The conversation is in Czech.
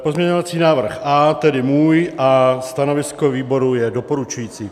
Pozměňovací návrh A, tedy můj, a stanovisko výboru je doporučující.